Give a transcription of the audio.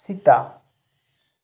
ᱥᱮᱛᱟ